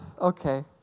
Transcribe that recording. okay